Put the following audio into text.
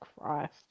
Christ